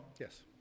Yes